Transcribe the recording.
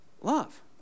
love